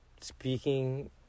speaking